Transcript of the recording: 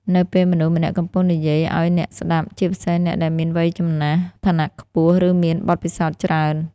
នៅពេលមនុស្សម្នាក់កំពុងនិយាយអោយអ្នកស្ដាប់ ជាពិសេសអ្នកដែលមានវ័យចំណាស់ ឋានៈខ្ពស់ ឬមានបទពិសោធន៍ច្រើន។